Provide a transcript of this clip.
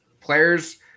Players